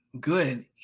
Good